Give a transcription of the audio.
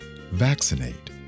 Vaccinate